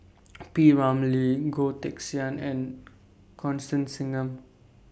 P Ramlee Goh Teck Sian and Constance Singam